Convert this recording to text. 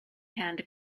hand